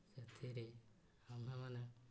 ସେଥିରେ ଆମ୍ଭେମାନେ